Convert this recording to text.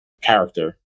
character